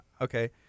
Okay